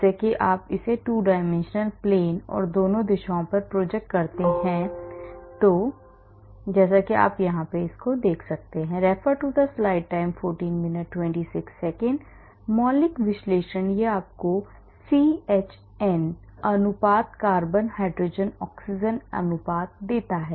जैसा कि आप इसे 2 dimensional plane और दोनों दिशाओं पर प्रोजेक्ट करते हैं जैसा कि आप यहां देख सकते हैं मौलिक विश्लेषण यह आपको CHN अनुपात कार्बन हाइड्रोजन ऑक्सीजन अनुपात देता है